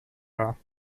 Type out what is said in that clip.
dar